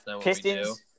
Pistons